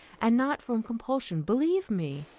and not from compulsion, believe me.